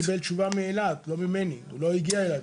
תשובה מאילת, לא ממני, הוא לא הגיע אלי.